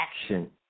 action